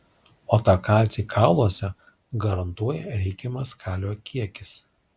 o tą kalcį kauluose garantuoja reikiamas kalio kiekis